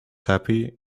happy